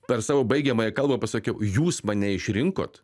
per savo baigiamąją kalbą pasakiau jūs mane išrinkot